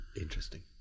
Interesting